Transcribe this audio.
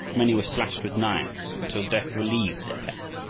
many were slashed with knives until death relieved their pain.